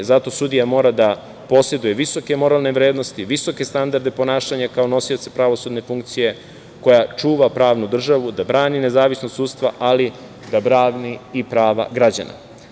Zato sudija mora da poseduje visoke moralne vrednosti, visoke standarde ponašanja, kao nosioca pravosudne funkcije koja čuva pravnu državu da brani nezavisnost sudstva, ali da brani i prava građana.